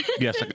yes